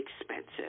expensive